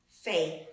faith